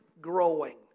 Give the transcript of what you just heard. growing